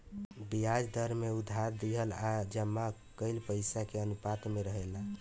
ब्याज दर में उधार दिहल आ जमा कईल पइसा के अनुपात में रहेला